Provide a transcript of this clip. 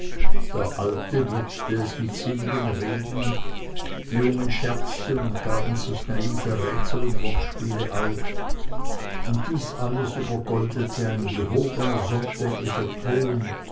der alte würzte es mit sinnigen reden die jungen scherzten und gaben sich naive rätsel und wortspiele auf und dies alles übergoldete ein gehobener sonntäglicher ton